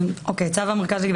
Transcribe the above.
מה יש לך